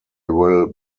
will